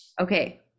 Okay